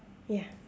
ya